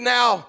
now